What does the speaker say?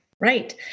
Right